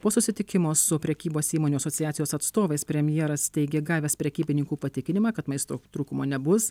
po susitikimo su prekybos įmonių asociacijos atstovais premjeras teigė gavęs prekybininkų patikinimą kad maisto trūkumo nebus